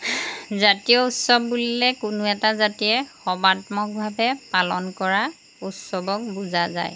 জাতীয় উৎসৱ বুলিলে কোনো এটা জাতিয়ে সৰ্বাত্মকভাৱে পালন কৰা উৎসৱক বুজা যায়